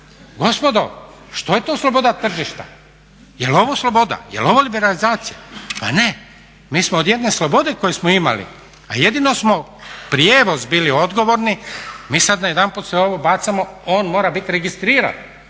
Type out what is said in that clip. Gospodo, što je to sloboda tržišta? Jel' ovo sloboda, jel' ovo liberalizacija? Pa ne. Mi smo od jedne slobode koju smo imali, a jedino smo prijevoz bili odgovorni, mi sad najedanput ovo bacamo i on mora biti registriran,